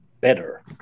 better